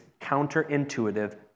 counterintuitive